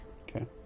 Okay